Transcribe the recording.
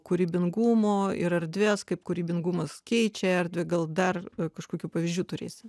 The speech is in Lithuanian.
kūrybingumo ir erdvės kaip kūrybingumas keičia erdvę gal dar kažkokių pavyzdžių turėsi